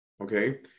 okay